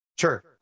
Sure